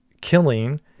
killing